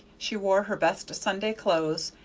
she wore her best sunday clothes,